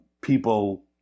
people